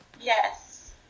Yes